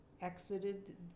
exited